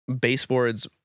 baseboards